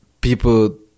People